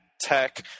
Tech